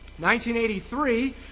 1983